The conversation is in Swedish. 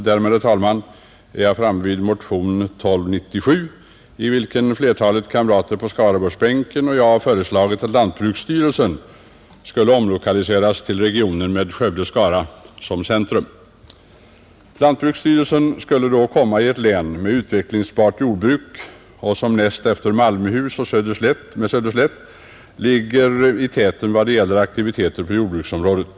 Därmed, herr talman, är jag framme vid motion 1297, i vilken flertalet kamrater på Skaraborgsbänken och jag föreslagit att lantbruksstyrelsen omlokaliseras till regionen med Skövde och Skara som centrum, Lantbruksstyrelsen skulle då komma till ett län med utvecklingsbart jordbruk och ett län som näst efter Malmöhus med Söderslätt ligger i täten i vad gäller aktiviteter på jordbruksområdet.